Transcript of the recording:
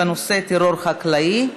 בנושא: טרור חקלאי.